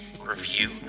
review